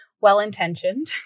well-intentioned